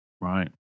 Right